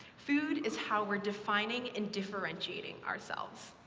food is how we're defining and differentiating ourselves.